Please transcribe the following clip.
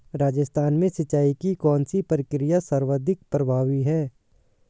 राजस्थान में सिंचाई की कौनसी प्रक्रिया सर्वाधिक प्रभावी है?